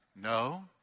No